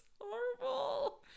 horrible